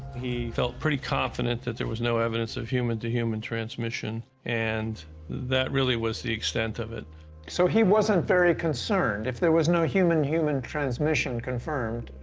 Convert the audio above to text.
he felt pretty confident that there was no evidence of human-to-human transmission, and that really was the extent of it. smith so he wasn't very concerned. if there was no human-to-human transmission confirmed,